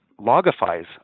logifies